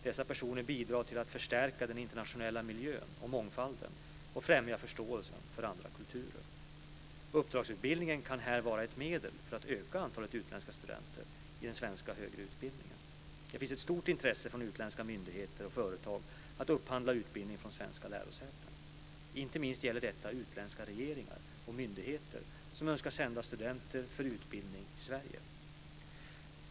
Dessa personer bidrar till att förstärka den internationella miljön och mångfalden och främjar förståelsen för andra kulturer. Uppdragsutbildningen kan här vara ett medel för att öka antalet utländska studenter i den svenska högre utbildningen. Det finns ett stort intresse från utländska myndigheter och företag att upphandla utbildning från svenska lärosäten. Inte minst gäller detta utländska regeringar och myndigheter som önskar sända studenter för utbildning i Sverige.